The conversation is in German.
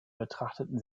betrachteten